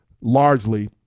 largely